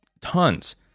tons